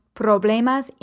problemas